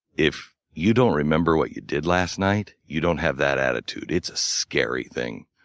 if you don't remember what you did last night, you don't have that attitude. it's scary thing.